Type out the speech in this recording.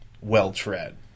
well-tread